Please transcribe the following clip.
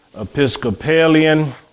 Episcopalian